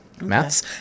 maths